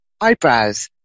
eyebrows